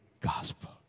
gospel